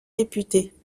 députés